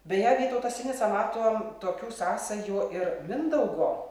beje vytautas sinica mato tokių sąsajų ir mindaugo